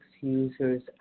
users